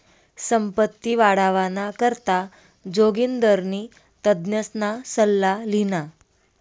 संपत्ती वाढावाना करता जोगिंदरनी तज्ञसना सल्ला ल्हिना